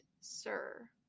Sir